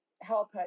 help